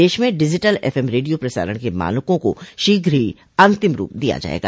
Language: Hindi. देश में डिजिटल एफएम रेडियो प्रसारण के मानकों को शीघ्र ही अंतिम रूप दिया जाएगा